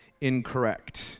incorrect